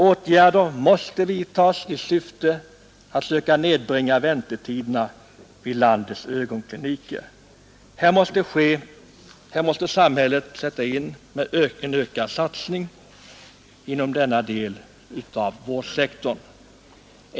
Åtgärder måste vidtas i syfte att nedbringa väntetiderna vid landets ögonkliniker. Samhället måste göra en ökad satsning inom denna del av vårdsektorn.